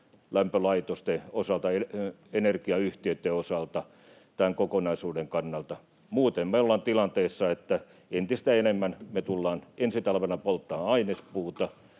lämpölaitosten osalta ja energiayhtiöitten osalta, tämän kokonaisuuden kannalta. Muuten me ollaan tilanteessa, että entistä enemmän me tullaan ensi talvena polttamaan ainespuuta.